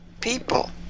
people